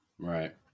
Right